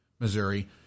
Missouri